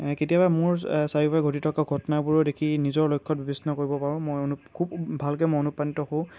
এ কেতিয়াবা মোৰ চাৰিওকাষে ঘটি থকা ঘটনাবোৰ দেখি নিজৰ লক্ষ্য বিবেচনা কৰিব পাৰোঁ মই খুব ভালকৈ অনুপ্ৰাণিত হওঁ